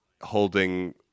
holding